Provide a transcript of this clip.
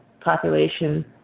population